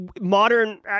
modern